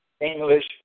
English